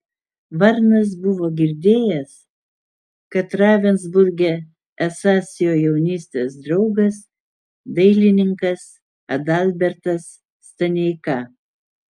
varnas buvo girdėjęs kad ravensburge esąs jo jaunystės draugas dailininkas adalbertas staneika